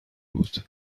بود